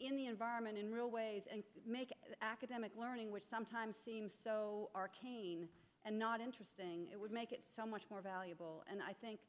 in the environment in real ways and make academic learning which sometimes seems so arcane and not interesting would make it so much more valuable and i think